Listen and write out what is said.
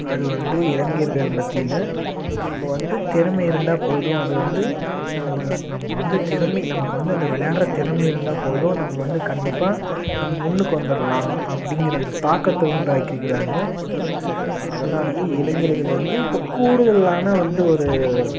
அது வந்து இளைஞர்கள் மத்தியில் நம்ம வந்து திறமை இருந்தால் போதும் அது வந்து நம்மள நம்ம வந்து திறமை நமக்கு வந்து அந்த விளையாடுற திறமை இருந்தால் போதும் நம்ம வந்து கண்டிப்பாக நம்ம முன்னுக்கு வந்துடலாம் அப்படிங்கிற அந்த தாக்கத்தை உண்டாக்கியிருக்காங்க அதனாடி இளைஞர்கள் வந்து இப்போ கூடுதலான வந்து ஒரு